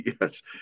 Yes